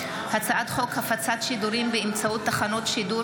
הצעת חוק הפצת שידורים באמצעות תחנות שידור